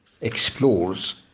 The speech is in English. explores